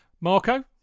Marco